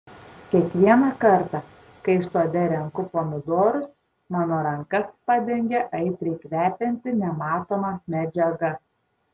kiekvieną kartą kai sode renku pomidorus mano rankas padengia aitriai kvepianti nematoma medžiaga